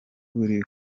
kubera